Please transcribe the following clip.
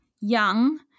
young